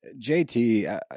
JT